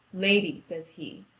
lady, says he,